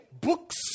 book's